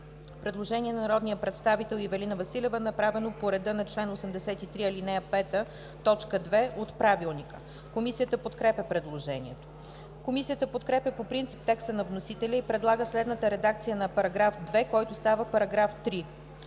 Предложение от народния представител Ивелина Василева направено по реда на чл. 83, ал. 5, т. 2 от Правилника. Комисията подкрепя предложението. Комисията подкрепя по принцип текста на вносителя и предлага следната редакция на § 2, който става § 3.